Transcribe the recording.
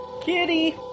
Kitty